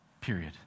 Period